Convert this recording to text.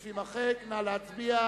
כהצעת הוועדה, נתקבל.